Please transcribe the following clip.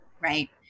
Right